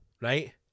right